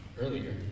earlier